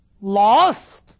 lost